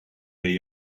they